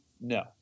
No